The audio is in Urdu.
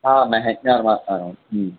ہاں میں ہیچ آر بات کر رہا ہوں جی